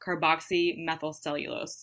carboxymethylcellulose